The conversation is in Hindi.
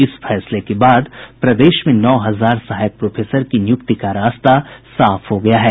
इस फैसले के बाद प्रदेश में नौ हजार सहायक प्रोफेसर की नियुक्ति का रास्ता साफ हो गया है